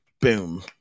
Boom